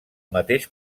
mateix